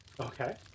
Okay